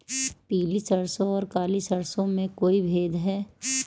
पीली सरसों और काली सरसों में कोई भेद है?